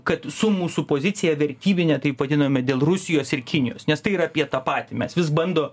kad su mūsų pozicija vertybine taip vadinome dėl rusijos ir kinijos nes tai yra apie tą patį mes vis bando